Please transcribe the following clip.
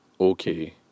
okay